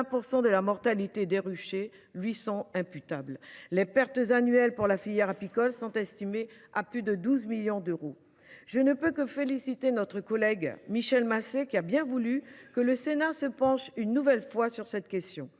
de la mortalité des ruchées lui sont imputables. Les pertes annuelles pour la filière apicole sont estimées à plus de 12 millions d’euros. Je ne peux donc que féliciter notre collègue Michel Masset, qui, par sa proposition de loi, permet au Sénat de se pencher une nouvelle fois sur cette question.